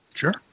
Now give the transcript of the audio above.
Sure